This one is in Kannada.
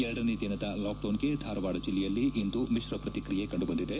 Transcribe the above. ಎರಡನೇ ದಿನದ ಲಾಕ್ಡೌನ್ಗೆ ಧಾರವಾಡ ಜೆಲ್ಲೆಯಲ್ಲಿ ಇಂದು ಮಿಶ್ರ ಪ್ರತಿಕ್ರಿಯೆ ಕಂಡುಬಂದಿದೆ